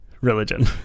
religion